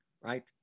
right